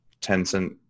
Tencent